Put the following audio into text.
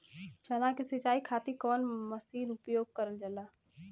चना के सिंचाई खाती कवन मसीन उपयोग करल जाला?